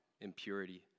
impurity